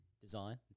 Design